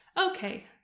Okay